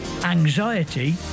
anxiety